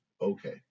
Okay